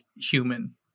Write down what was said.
human